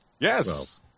Yes